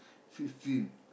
fifteen